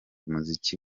umuziki